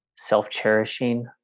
self-cherishing